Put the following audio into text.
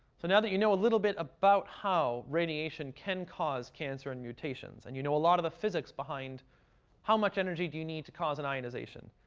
so now that you know a little bit about how radiation can cause cancer and mutations and you know a lot of the physics behind how much energy do you need to cause an ionization,